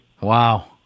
Wow